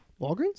Walgreens